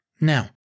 Now